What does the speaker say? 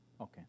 Okay